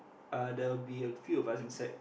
uh there will be a few of us inside